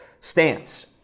stance